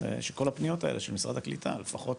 שכל הפניות האלה של משרד הקליטה, לפחות